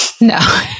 No